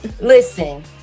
Listen